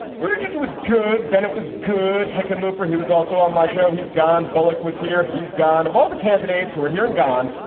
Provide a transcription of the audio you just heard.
but it it was good. ben it was good. hickenlooper he was also on my show. he's gone. bullock was here. he's gone. of all the candidates who are here and gone.